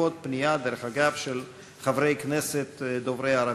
בעקבות פנייה של חברי כנסת דוברי ערבית.